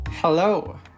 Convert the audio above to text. Hello